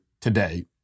today